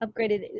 upgraded